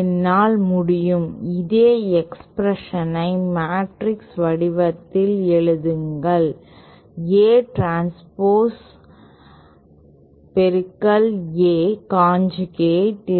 என்னால் முடியும் இதே எக்ஸ்பிரஷனை மேட்ரிக்ஸ் வடிவத்தில் எழுதுங்கள் A டிரான்ஸ்போஸ் A கான்ஜூகேட்